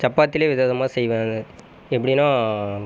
சப்பாத்தியிலே வித விதமாக செய்வேன் எப்படினா